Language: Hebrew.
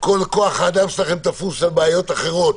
כל כוח-האדם שלכם תפוס על בעיות אחרות